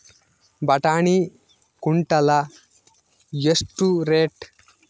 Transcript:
ಬಟಾಣಿ ಕುಂಟಲ ಎಷ್ಟು ರೇಟ್?